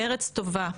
ארץ טובה,